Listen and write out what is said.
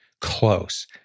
close